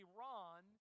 Iran